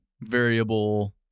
variable